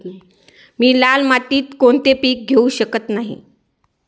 मी लाल मातीत कोणते पीक घेवू शकत नाही?